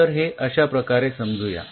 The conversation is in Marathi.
तर हे अश्याप्रकारे समजू या